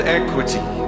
equity